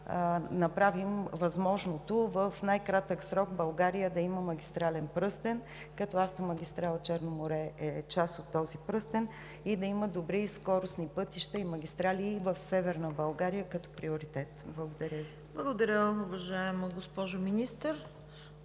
направим възможното – в най-кратък срок България да има магистрален пръстен, като автомагистрала „Черно море“ е част от този пръстен, да има добри и скоростни пътища и магистрали в Северна България като приоритет. Благодаря. ПРЕДСЕДАТЕЛ ЦВЕТА КАРАЯНЧЕВА: Благодаря, уважаема госпожо Министър.